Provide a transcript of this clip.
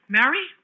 Mary